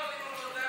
לא אבנים הורגות.